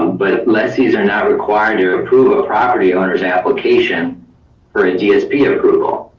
but lessees are not required to approve a property owners application for a dsp approval.